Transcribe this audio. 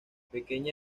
pequeña